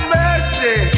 mercy